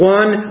one